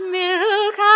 milk